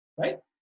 right